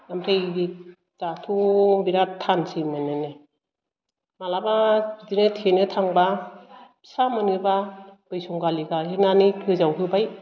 आमफ्राय बे दाथ' बेराथ थानसै मोन्नोनो मालाबा बिदिनो थेनो थांबा फिसा मोनोबा बिसंगालि गानानै गोजाव होबाय